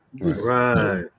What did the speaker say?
Right